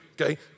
Okay